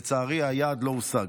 לצערי, היעד לא הושג.